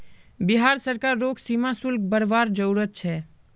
बिहार सरकार रोग सीमा शुल्क बरवार जरूरत छे